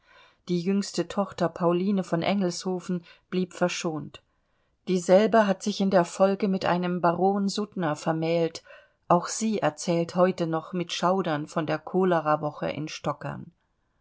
die jüngste tochter pauline von engelshofen blieb verschont dieselbe hat sich in der folge mit einem baron suttner vermählt auch sie erzählt heute noch mit schaudern von der cholerawoche in stockern